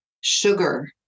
Sugar